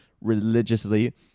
religiously